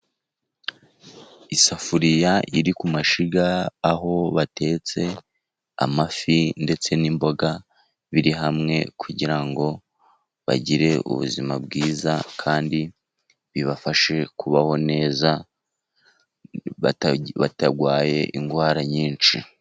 Isafuriya iri ku mashyiga, aho batetse amafi ndetse n'imboga biri hamwe, kugira ngo bagire ubuzima bwiza, kandi bibafashe kubaho neza batarwaye indwara nyinshi.